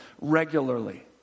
regularly